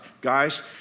Guys